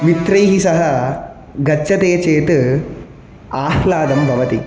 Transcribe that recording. मित्रैः सह गच्छते चेत् आह्लादं भवति